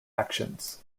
actions